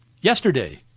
yesterday